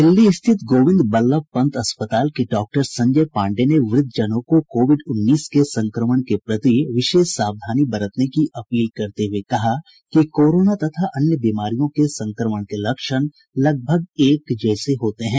दिल्ली स्थित गोविंद बल्लभ पंत अस्पताल के डॉक्टर संजय पांडेय ने वृद्धजनों को कोविड उन्नीस के संक्रमण के प्रति विशेष सावधानी बरतने की अपील करते हुए कहा कि कोरोना तथा अन्य बीमारियों के संक्रमण के लक्षण लगभग एक जैसे होते हैं